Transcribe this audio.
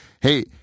Hey